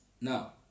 now